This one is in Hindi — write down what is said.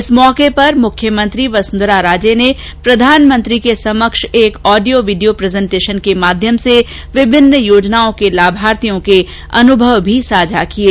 इस अवसर पर मुख्यमंत्री वसुंधरा राजे ने प्रधानमंत्री के समक्ष एक ऑडियो वीडियो प्रजेंटेषन के माध्यम से विभिन्न योजनाओं के लाभार्थियों के अनुभव भी साझा किये